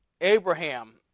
Abraham